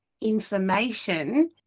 information